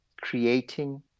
creating